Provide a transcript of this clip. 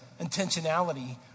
intentionality